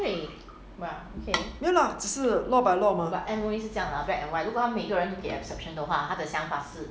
no lah law by law mah